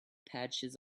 patches